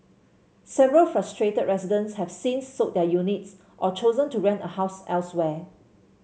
several frustrated residents have since sold their units or chosen to rent a house elsewhere